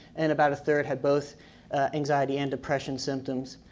and about a third had both anxiety and depression symptoms.